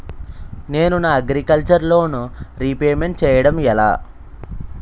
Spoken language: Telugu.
నేను నా అగ్రికల్చర్ లోన్ రీపేమెంట్ చేయడం ఎలా?